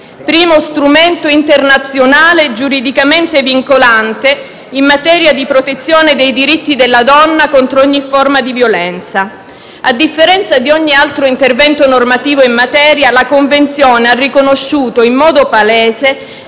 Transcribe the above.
primo strumento internazionale giuridicamente vincolante in materia di protezione dei diritti della donna contro ogni forma di violenza. A differenza di ogni altro intervento normativo in materia, la Convenzione ha riconosciuto in modo palese